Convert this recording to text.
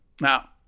Now